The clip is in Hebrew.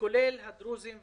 כולל הדרוזים והצ'רקסים.